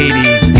80s